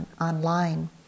online